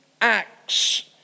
acts